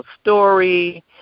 story